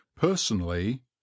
Personally